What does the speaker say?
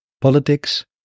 politics